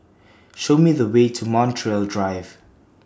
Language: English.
Show Me The Way to Montreal Drive